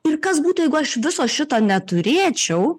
ir kas būtų jeigu aš viso šito neturėčiau